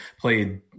played